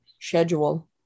Schedule